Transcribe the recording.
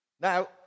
Now